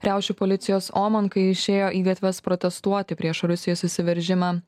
riaušių policijos omon kai išėjo į gatves protestuoti prieš rusijos įsiveržimą